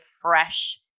fresh